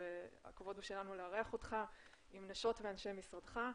והכבוד הוא שלנו לארח אותך עם נשות ואנשי משרדך.